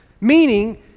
Meaning